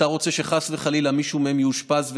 אתה רוצה שחס וחלילה מישהו מהם יאושפז,